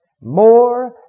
more